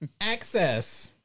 Access